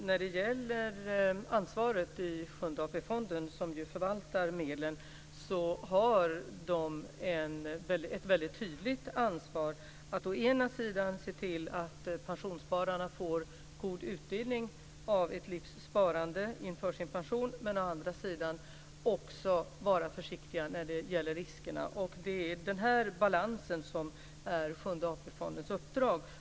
Herr talman! Sjunde AP-fonden som förvaltar medlen har ett väldigt tydligt ansvar. Å ena sidan ska man se till att pensionsspararna får god utdelning av sina livs sparande inför deras pension. Å andra sidan ska man vara försiktig när det gäller riskerna. Det är att uppnå denna balans som är Sjunde AP-fondens uppdrag.